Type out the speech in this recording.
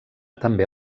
també